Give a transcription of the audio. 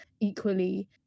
Equally